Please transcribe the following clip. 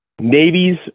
Navy's